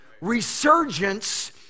resurgence